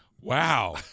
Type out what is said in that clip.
Wow